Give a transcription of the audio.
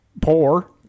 poor